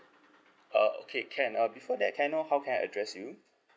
uh okay can uh before that can I know how can I address you